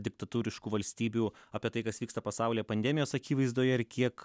diktatūriškų valstybių apie tai kas vyksta pasaulyje pandemijos akivaizdoje ir kiek